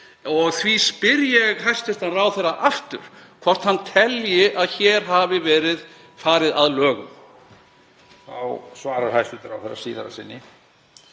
Því spyr ég hæstv. ráðherra aftur hvort hann telji að hér hafi verið farið að lögum.